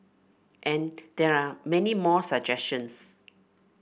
and there are many more suggestions